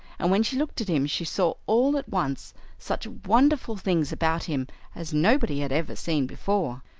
and when she looked at him she saw all at once such wonderful things about him as nobody had ever seen before.